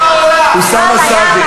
צה"ל הוא הצבא הכי מוסרי בעולם,